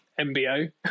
MBO